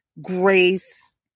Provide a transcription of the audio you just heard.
grace